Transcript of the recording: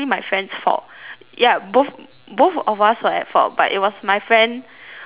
ya both both of us were at fault but it was my friend who